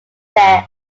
test